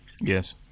Yes